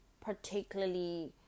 particularly